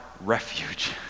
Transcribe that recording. refuge